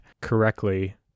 correctly